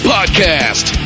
Podcast